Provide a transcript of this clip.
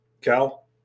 Cal